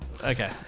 Okay